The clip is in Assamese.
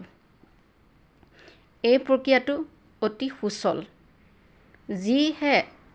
এই প্ৰক্ৰিয়াটো অতি সুচল যিহে